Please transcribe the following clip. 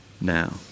now